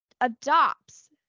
adopts